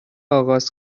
آغاز